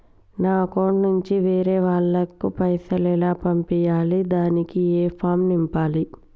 నా అకౌంట్ నుంచి వేరే వాళ్ళకు పైసలు ఎలా పంపియ్యాలి దానికి ఏ ఫామ్ నింపాలి?